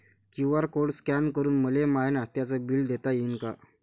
QR code scan करून मले माय नास्त्याच बिल देता येईन का?